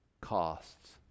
costs